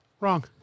wrong